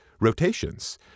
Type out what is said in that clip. rotations